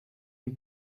him